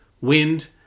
wind